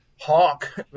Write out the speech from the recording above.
Hawk